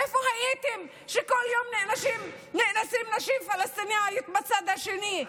איפה הייתם כשבכל יום נאנסות נשים פלסטיניות בצד השני?